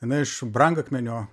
viena iš brangakmenio